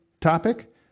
topic